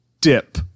dip